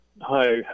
Hi